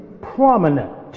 prominent